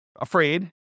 afraid